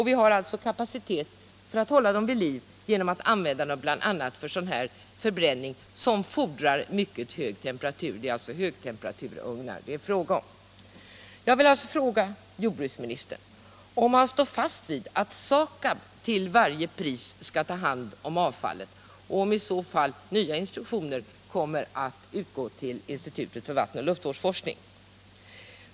Vi har alltså kapacitet för att hålla dem vid liv genom att bl.a. använda dem för sådan förbränning som fordrar mycket hög temperatur — det är alltså högtemperaturugnar det är fråga om. Jag vill alltså fråga jordbruksministern om han står fast vid att SAKAB till varje pris skall ta hand om avfallet, och om i så fall nya instruktioner kommer att utgå till institutet för vattenoch luftvårdsforskning.